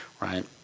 right